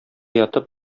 ятып